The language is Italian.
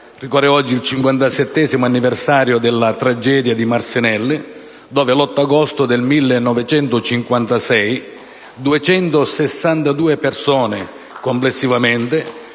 Ricorre oggi il cinquantasettesimo anniversario della tragedia di Marcinelle dove, l'8 agosto del 1956, persero la vita